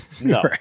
No